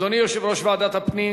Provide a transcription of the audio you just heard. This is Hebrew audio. אדוני יושב-ראש ועדת הפנים